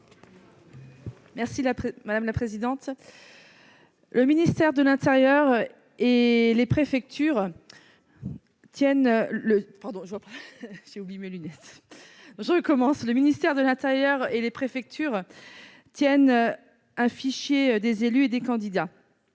n° 202 rectifié . Le ministère de l'intérieur et les préfectures tiennent un fichier des élus et des candidats.